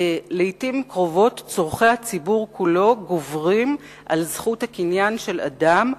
לעתים קרובות צורכי הציבור כולו גוברים על זכות הקניין של אדם,